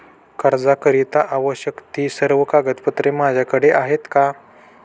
कर्जाकरीता आवश्यक ति सर्व कागदपत्रे माझ्याकडे आहेत का?